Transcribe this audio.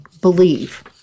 believe